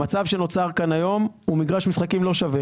המצב שנוצר כאן היום הוא מגרש משחקים לא שווה